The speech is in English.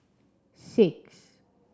six